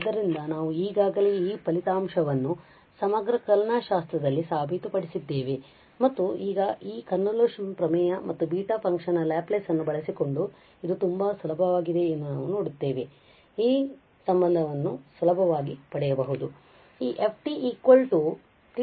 ಆದ್ದರಿಂದ ನಾವು ಈಗಾಗಲೇ ಈ ಫಲಿತಾಂಶವನ್ನು ಸಮಗ್ರ ಕಲನಶಾಸ್ತ್ರದಲ್ಲಿ ಸಾಬೀತುಪಡಿಸಿದ್ದೇವೆ ಮತ್ತು ಈಗ ನಾವು ಈ ಕನ್ವೊಲ್ಯೂಶನ್ ಪ್ರಮೇಯ ಮತ್ತು ಬೀಟಾ ಫಂಕ್ಷನ್ ನ ಲ್ಯಾಪ್ಲೇಸ್ ಅನ್ನು ಬಳಸಿಕೊಂಡು ಇದು ತುಂಬಾ ಸುಲಭವಾಗಿದೆ ಎಂದು ನಾವು ನೋಡುತ್ತೇವೆ ನಾವು ಈ ಸಂಬಂಧವನ್ನು ಸುಲಭವಾಗಿ ಪಡೆಯಬಹುದು